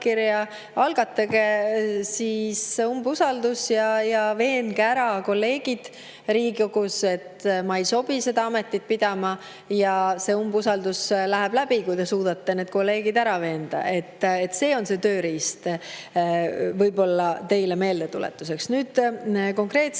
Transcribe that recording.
algatage siis umbusaldus ja veenge kolleegid Riigikogus ära, et ma ei sobi seda ametit pidama. Umbusaldus läheb läbi, kui te suudate kolleegid ära veenda. See on see tööriist – teile meeldetuletuseks. Nüüd konkreetselt